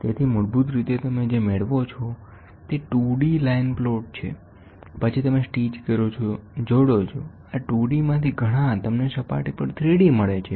તેથી મૂળભૂત રીતે તમે જે મેળવો છો તે 2D લાઇન પ્લોટ છે પછી તમે સ્ટિચ કરો છો જોડો છો આ 2D માંથી ઘણા તમને સપાટી પર 3D મળે છે